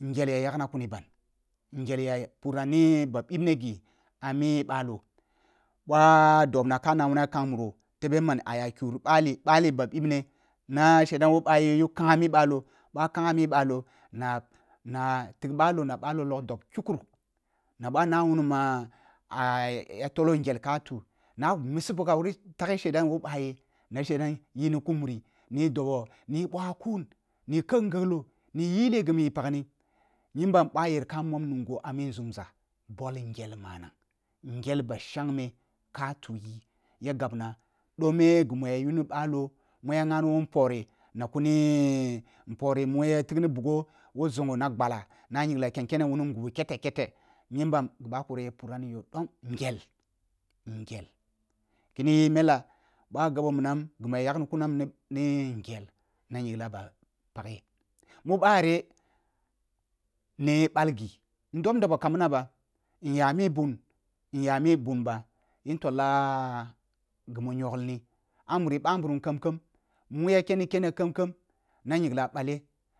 Ngyel ya yagua kuni ban ngyel ya pura ni ɓa bibne ghi ah mi balo bah dobna ka na wuni a kam muru tebe man aya kiuru bali-bali ba bib ne na shedan woh ba ye yu kha’ah mi balo ba khangha mi balo na-na tig balo na balo log dob kikuruk na ba na wuni ma tolongel ka tu na misi bugha wuri taghe she dan woh ba ye na shedan yi ni ku muri ni dobo ni buna kuu ni ken ngolgo ni yi ni ghi mo yi pagni yimba ba yer ka mom nungho ami nzumza boi ngel manag ngel ba shangme ka tu yi ya gabna dome ghi mu ya yuni balo mu ya ngha na mun phori na kuni phori mu ya figni bogho woh nzongho na gbala na nyingla ken kene wuni ngun kete-kete nyimbam bakori ya pura ni yo dom ngel-ngel kini yi n mella boh gabo minam ghi mu ya yakni tunam ni ngel na nyingla ba paghe mu bari n. ɓal na nyingla ba paghe ma bari n. ɓal ghi ndob ndobo kam mana ba nya m bun- nya mi bu ba in tola ghi mu nyonglini ah muri ba nburum kam-kam mu ya keni kene kam-kam na nyingla bale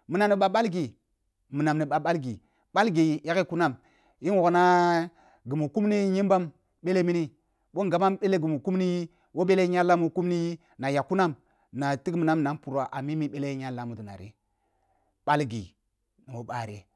minam ni ɓa ɓal ghi – minam ni ɓa ɓal ghi ɓal ghi yaghe kunam in wogha ghi mu kuma nyimɓam bele mini boh ngabam bele ghi mu kun ni yi woa bele ngalla mu kumni yi na yak kunam na tig minam na pura a mimi ngala mini nari ɓal ghi mu bari